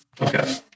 Okay